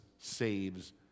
saves